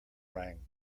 rang